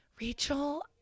Rachel